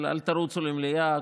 אל תרוצו למליאה,